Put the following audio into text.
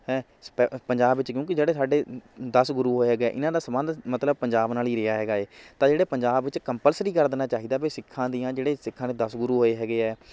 ਹੈਂ ਸਪੈ ਅ ਪੰਜਾਬ ਵਿੱਚ ਕਿਉਂਕਿ ਜਿਹੜੇ ਸਾਡੇ ਦਸ ਗੁਰੂ ਹੋਏ ਹੈਗੇ ਹੈ ਇਹਨਾਂ ਦਾ ਸੰਬੰਧ ਮਤਲਬ ਪੰਜਾਬ ਨਾਲ ਹੀ ਰਿਹਾ ਹੈਗਾ ਏ ਤਾਂ ਜਿਹੜੇ ਪੰਜਾਬ ਵਿੱਚ ਕੰਪਲਸਰੀ ਕਰ ਦੇਣਾ ਚਾਹੀਦਾ ਵੀ ਸਿੱਖਾਂ ਦੀਆਂ ਜਿਹੜੇ ਸਿੱਖਾਂ ਦੇ ਦਸ ਗੁਰੂ ਹੋਏ ਹੈਗੇ ਹੈ